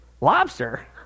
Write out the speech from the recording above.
Lobster